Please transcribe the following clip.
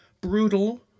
brutal